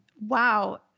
Wow